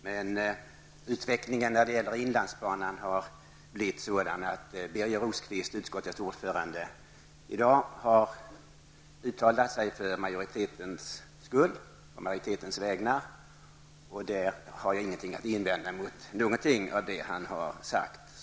Men utvecklingen när det gäller inlandsbanan har blivit sådan att Birger Rosqvist, såsom utskottets ordförande, i dag kunnat tala på majoritetens vägnar utan att jag har haft någonting att invända mot det han sagt.